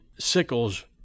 Sickles